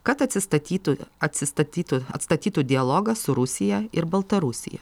kad atsistatytų atsistatytų atstatytų dialogą su rusija ir baltarusija